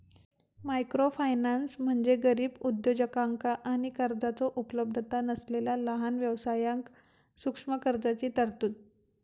microfinance म्हणजे गरीब उद्योजकांका आणि कर्जाचो उपलब्धता नसलेला लहान व्यवसायांक सूक्ष्म कर्जाची तरतूद